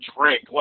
drink